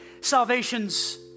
Salvation's